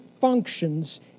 functions